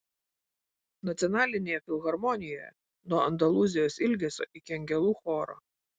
nacionalinėje filharmonijoje nuo andalūzijos ilgesio iki angelų choro